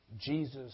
Jesus